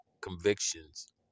convictions